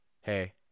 Hey